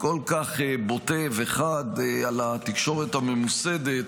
כל כך בוטה וחד על התקשורת הממוסדת,